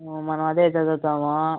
మనం అదే చదువుతాము